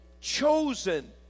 chosen